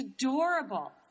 adorable